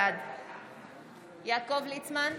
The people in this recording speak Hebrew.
בעד יעקב ליצמן,